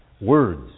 Words